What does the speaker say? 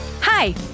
Hi